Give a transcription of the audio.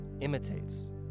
imitates